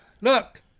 Look